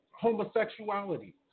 homosexuality